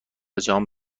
جهان